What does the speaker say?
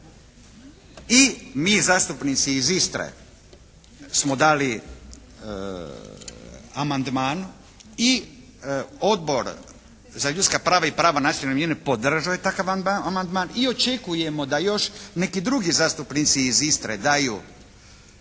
I mi zastupnici iz Istre smo dali amandman i Odbor za ljudska prava i prava nacionalnih manjina podržao je takav amandman i očekujemo da još neki drugi zastupnici iz Istre daju